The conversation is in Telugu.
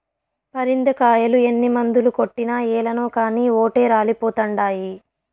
పరింద కాయలు ఎన్ని మందులు కొట్టినా ఏలనో కానీ ఓటే రాలిపోతండాయి